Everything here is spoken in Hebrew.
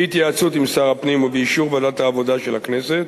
בהתייעצות עם שר הפנים ובאישור ועדת העבודה של הכנסת,